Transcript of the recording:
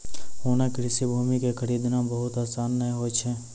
होना कृषि भूमि कॅ खरीदना बहुत आसान नाय होय छै